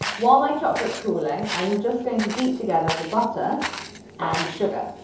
while my chocolate is cooling, i am just going to beat together the butter and sugar.